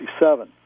1967